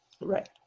Right